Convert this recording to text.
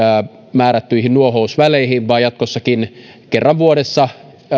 määrättyihin nuohousväleihin vaan jatkossakin kerran vuodessa